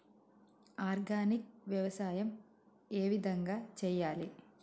Organic వ్యవసాయం ఏ విధంగా చేయాలి?